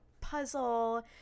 puzzle